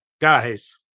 guys